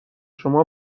شما